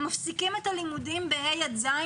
מפסיקים את הלימודים בכיתות ה' עד ז',